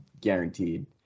guaranteed